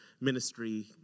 ministry